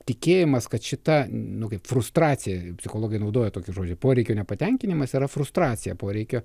tikėjimas kad šita nu kaip frustracija psichologai naudoja tokį žodį poreikių nepatenkinimas yra frustracija poreikio